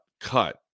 cut